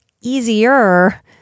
easier